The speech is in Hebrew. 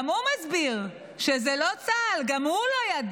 גם הוא מסביר שזה לא צה"ל, גם הוא ידע.